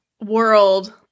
world